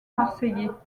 marseillais